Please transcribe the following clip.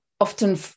often